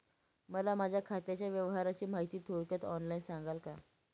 मला माझ्या खात्याच्या व्यवहाराची माहिती थोडक्यात ऑनलाईन सांगाल का?